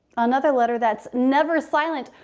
another letter that's never silent.